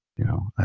you know,